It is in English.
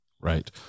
Right